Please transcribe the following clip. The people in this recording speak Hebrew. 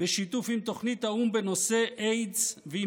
בשיתוף עם תוכנית האו"ם בנושא איידס ועם